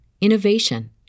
innovation